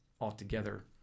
altogether